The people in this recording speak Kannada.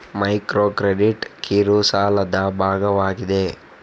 ಮೈಕ್ರೋ ಕ್ರೆಡಿಟ್ ಕಿರು ಸಾಲದ ಭಾಗವಾಗಿದೆ